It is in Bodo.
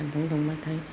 सान्दुं दुंबाथाय